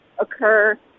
occur